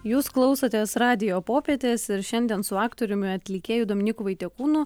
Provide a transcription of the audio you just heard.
jūs klausotės radijo popietės ir šiandien su aktoriumi atlikėju dominyku vaitiekūnu